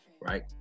right